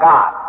God